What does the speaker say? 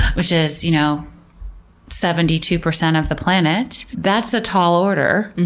which is you know seventy two percent of the planet, that's a tall order.